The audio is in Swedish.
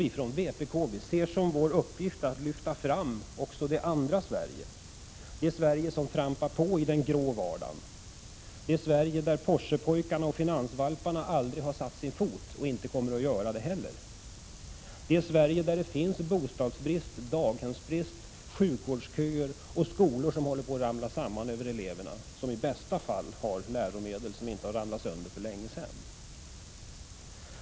Vi från vpk ser som vår uppgift att lyfta fram det andra Sverige, det Sverige som trampar på i den grå vardagen. Det är ett Sverige där Porschepojkarna och finansvalparna aldrig har satt sin fot och inte kommer att göra det heller. Det är ett Sverige där det råder bostadsbrist och daghemsbrist, där det finns sjukvårdsköer och skolor som håller på att ramla samman Över eleverna, som i bästa fall har läromedel som inte har ramlat sönder för länge sedan.